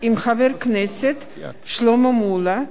כנסת נכבדה,